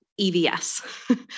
EVS